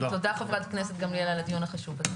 תודה, חברת הכנסת גמליאל על הדיון החשוב הזה.